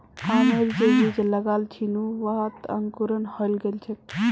आमेर जे बीज लगाल छिनु वहात अंकुरण हइ गेल छ